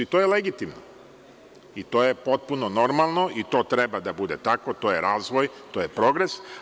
To je legitimno i to je potpuno normalno i to treba da bude tako, to je razvoj, to je progres.